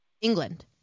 England